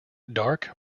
dark